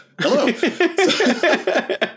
Hello